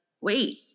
wait